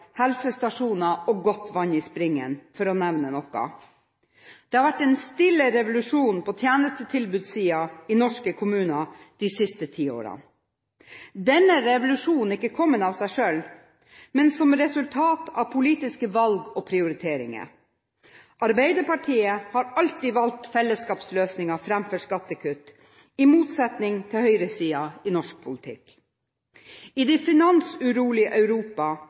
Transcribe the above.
helsestasjoner og godt vann i springen, for å nevne noe? Det har vært en stille revolusjon på tjenestetilbudssiden i norske kommuner de siste ti årene. Denne revolusjonen har ikke kommet av seg selv, men som resultat av politiske valg og prioriteringer. Arbeiderpartiet har alltid valgt fellesskapsløsninger framfor skattekutt, i motsetning til høyresiden i norsk politikk. I det finansurolige Europa